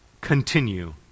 continue